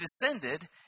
descended